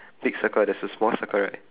big circle there's a small circle right